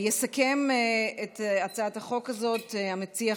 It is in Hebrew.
יסכם את הצעת החוק הזאת המציע,